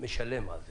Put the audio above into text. הוא משלם על זה.